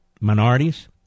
minorities